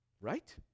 right